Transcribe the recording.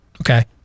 Okay